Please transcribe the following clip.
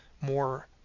more –